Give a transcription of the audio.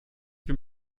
bin